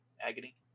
Agony